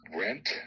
rent